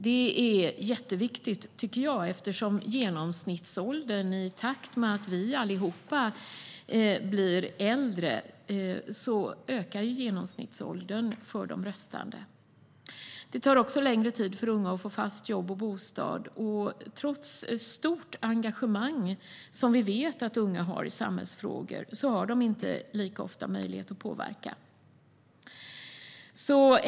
Det är jätteviktigt, tycker jag, eftersom genomsnittsåldern för de röstande ökar i takt med att vi allihop blir äldre. Det tar också längre tid för unga att få fast jobb och bostad. Trots att unga har ett stort engagemang i samhällsfrågor har de inte lika ofta möjlighet att påverka.